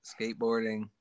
skateboarding